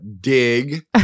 dig